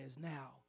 now